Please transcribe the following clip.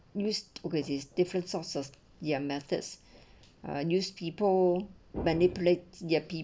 use ogress is different sources your methods are news people manipulate their p